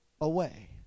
away